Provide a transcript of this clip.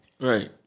right